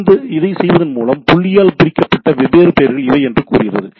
எனவே இதைச் செய்வதன் மூலம் புள்ளியால் பிரிக்கப்பட்ட வெவ்வேறு பெயர்கள் இவை என்று அது கூறுகிறது